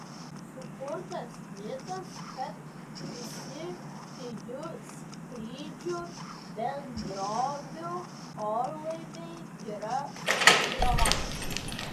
sukurtas mitas kad visi pigių skrydžių bendrovių orlaiviai yra sukriošę